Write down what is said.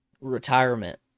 retirement